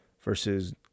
Versus